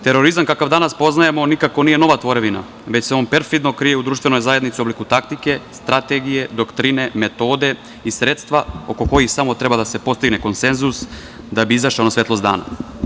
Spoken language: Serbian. Terorizam kakav danas poznajemo, on nikako nije nova tvorevina, već se on perfidno krije u društvenoj zajednici u obliku taktike, strategije, doktrine, metode i sredstva oko kojih samo treba da se postigne konsenzus da bi izašao na svetlost dana.